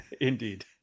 Indeed